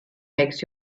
makes